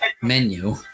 menu